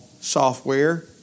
software